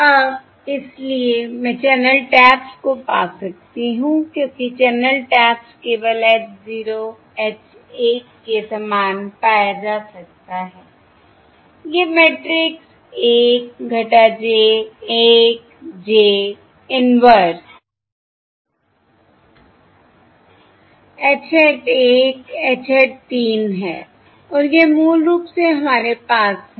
अब इसलिए मैं चैनल टैप्स को पा सकती हूं क्योंकि चैनल टैप्स केवल h 0 h 1 के समान पाया जा सकता है यह matrix 1 j 1 j inverse H hat 1 H hat 3 है और यह मूल रूप से हमारे पास है